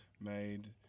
made